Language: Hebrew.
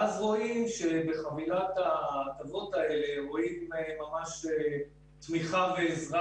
ואז רואים שבחבילות ההטבות האלה יש תמיכה ועזרה